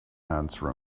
answer